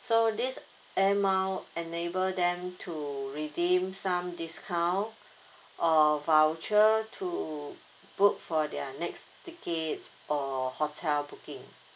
so this air miles enable them to redeem some discount or voucher to book for their next tickets or hotel booking